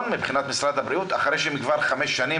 המשרד מסרב, וגם אלה שכבר סיימו את הלימודים